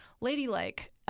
ladylike